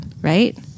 right